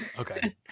Okay